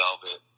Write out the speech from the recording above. velvet